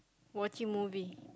watching movie